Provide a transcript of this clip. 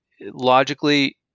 logically